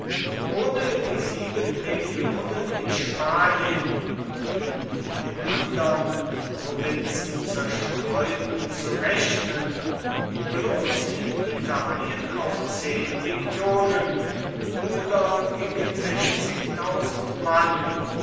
ohne die sieben legionen in spanien und die in den andern provinzen zerstreuten zu rechnen bloß in italien auf zehn legionen oder gegen mann